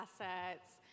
assets